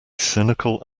cynical